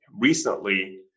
recently